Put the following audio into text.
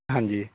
ਹਾਂਜੀ